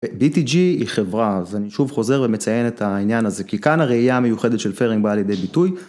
BTG היא חברה, אז אני שוב חוזר ומציין את העניין הזה, כי כאן הראייה המיוחדת של פרינג באה לידי ביטוי.